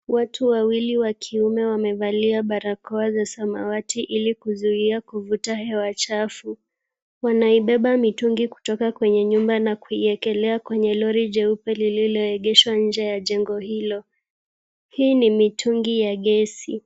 Watu wawili wa kiume wamevalia barakoa za samawati ili kuzuia kuvuta hewa chafu. Wanaibeba mitungi kutoka kwenye nyumba na kuiwekelea kwenye lori jeupe lililoegeshwa nje ya jengo hilo. Hii ni mitungi ya gesi.